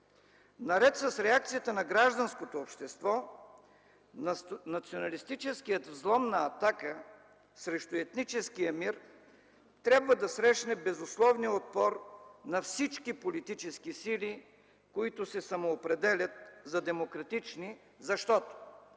Наред с реакцията на гражданското общество, националистическият взлом на „Атака” срещу етническия мир трябва да срещне безусловния отпор на всички политически сили, които се самоопределят за демократични, защото,